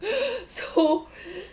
so